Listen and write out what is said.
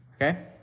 Okay